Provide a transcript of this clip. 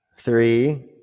three